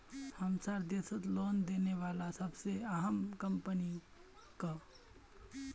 हमसार देशत लोन देने बला सबसे अहम कम्पनी क